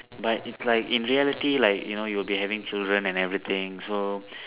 but it's like in reality like you know you will be having children and everything so